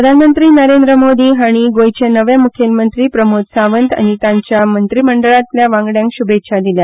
प्रधानमंत्री नरेंद्र मोदी हांणी गोंयचे नवे मुखेलमंत्री प्रमोद सावंत आनी तांच्या मंत्रीमंडळातल्या वांगड्यांक शुभेच्छा दिल्या